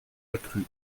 accrue